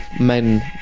men